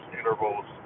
intervals